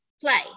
play